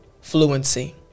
fluency